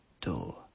door